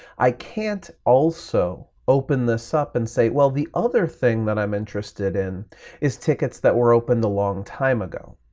i can't also open this up and say, well, the other thing that i'm interested in is tickets that were opened a long time ago.